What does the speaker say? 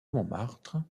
montmartre